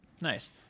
Nice